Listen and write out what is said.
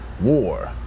war